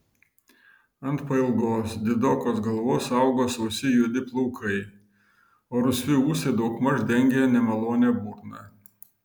ant pailgos didokos galvos augo sausi juodi plaukai o rusvi ūsai daugmaž dengė nemalonią burną